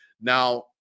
Now